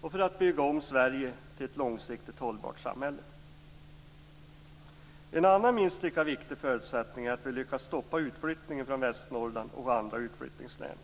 och för att bygga om Sverige till ett långsiktigt hållbart samhälle. En annan minst lika viktig förutsättning är att vi lyckas stoppa utflyttningen från Västernorrland och andra utflyttningslän.